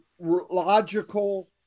logical